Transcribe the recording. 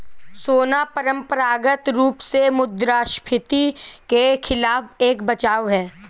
सोना परंपरागत रूप से मुद्रास्फीति के खिलाफ एक बचाव है